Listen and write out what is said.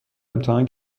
امتحان